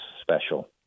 special